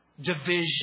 division